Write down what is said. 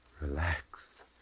Relax